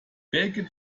baked